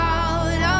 out